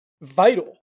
vital